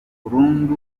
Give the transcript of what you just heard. burundu